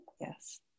yes